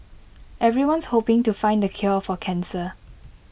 everyone's hoping to find the cure for cancer